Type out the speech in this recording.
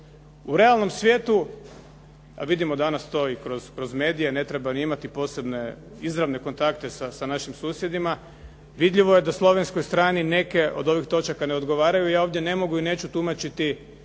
U realnom svijetu, a vidimo danas to i kroz medije, ne treba ni imati posebne izravne kontakte sa našim susjedima, vidljivo je da slovenskoj strani neke od ovih točaka ne odgovaraju, i ja ovdje ne mogu i neću tumačiti